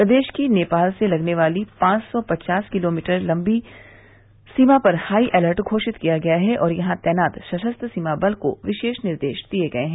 प्रदेश की नेपाल से लगने वाली पांच सौ पचास किलोमीटर लम्बी सीमा पर हाई अलर्ट घोषित किया गया है और यहां तैनात सशस्त्र सीमा बल को विशेष निर्देश दिये गये हैं